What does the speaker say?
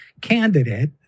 candidate